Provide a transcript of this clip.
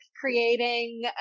creating